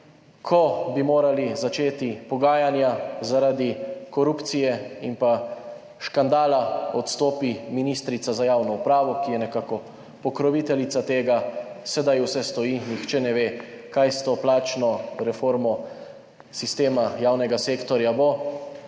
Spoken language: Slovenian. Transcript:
Ko bi morali začeti pogajanja, zaradi korupcije in pa škandala odstopi ministrica za javno upravo, ki je nekako pokroviteljica tega. Sedaj vse stoji, nihče ne ve, kaj s to plačno reformo sistema javnega sektorja bo.